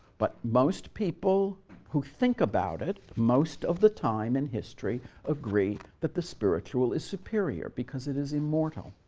but most people who think about it most of the time in history agree that the spiritual is superior, because it is immortal.